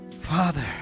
Father